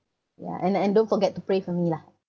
ya and and don't forget to pray for me lah